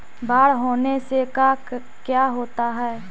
बाढ़ होने से का क्या होता है?